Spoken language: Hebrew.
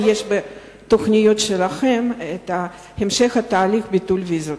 האם יש בתוכניות שלכם המשך התהליך של ביטול ויזות?